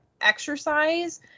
exercise